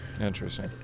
Interesting